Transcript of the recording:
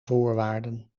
voorwaarden